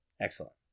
Excellent